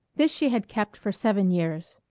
this she had kept for seven years.